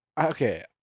Okay